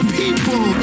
people